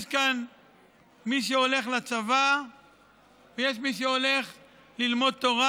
יש כאן מי שהולך לצבא ויש מי שהולך ללמוד תורה,